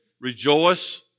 rejoice